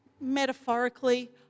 metaphorically